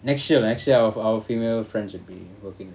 next year next year o~ our female friends will be working already